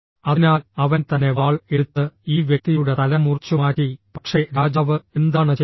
അതിനാൽ അവൻ തന്നെ വാൾ എടുത്ത് ഈ വ്യക്തിയുടെ തല മുറിച്ചുമാറ്റി പക്ഷേ രാജാവ് എന്താണ് ചെയ്തത്